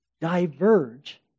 diverge